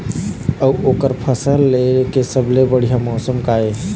अऊ ओकर फसल लेय के सबसे बढ़िया मौसम का ये?